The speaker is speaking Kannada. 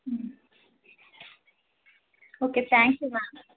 ಹ್ಞೂ ಓಕೆ ತ್ಯಾಂಕ್ ಯು ಮ್ಯಾಮ್